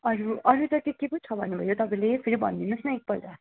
अरू अरू त के के पो छ भन्नुभयो तपाईँले फेरि भनिदिनोस् न एकपल्ट